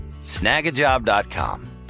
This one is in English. snagajob.com